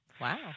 Wow